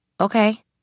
Okay